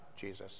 Jesus